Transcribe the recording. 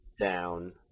down